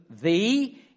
thee